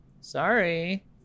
Sorry